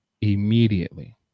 immediately